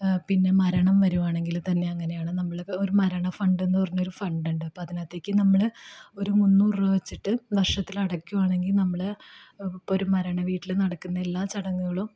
പിന്നെ മരണം വരികയാണെങ്കിൽ തന്നെ അങ്ങനെയാണ് നമ്മൾ ഒരു മരണ ഫണ്ടെന്നു പറഞ്ഞ ഒരു ഫണ്ടുണ്ട് അപ്പോൾ അതിനകത്തേക്കു നമ്മൾ ഒരു മുന്നൂറു രൂപ വെച്ചിട്ട് വർഷത്തിൽ അടക്കുകയാണെങ്കിൽ നമ്മൾ ഇപ്പൊരു മരണവീട്ടിൽ നടക്കുന്ന എല്ലാ ചടങ്ങുകളും